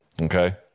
okay